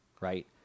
right